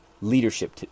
leadership